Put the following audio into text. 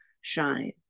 shine